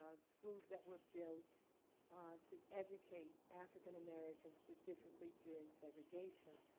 ah schools that were built to educate african-americans specifically during segregation.